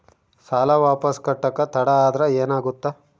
ಸಾಲ ವಾಪಸ್ ಕಟ್ಟಕ ತಡ ಆದ್ರ ಏನಾಗುತ್ತ?